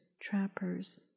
trappers